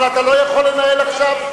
אבל אתה לא יכול לנהל עכשיו.